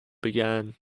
began